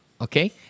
Okay